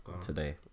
today